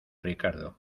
ricardo